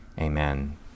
Amen